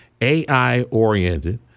AI-oriented